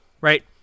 right